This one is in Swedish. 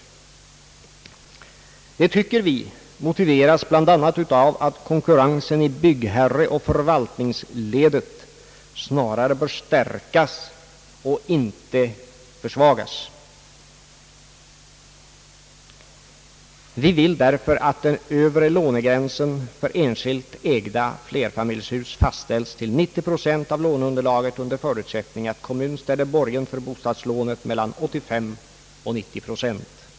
Detta tycker vi motiveras bland annat av att konkurrensen i byggherreoch förvaltningsledet snarare bör stärkas än försvagas. Vi vill därför att den övre lånegränsen för enskilt ägda flerfamiljshus fastställs till 90 procent av låneunderlaget under förutsättning att kommun ställer borgen för bostadslånet mellan 85 och 90 procent.